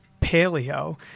paleo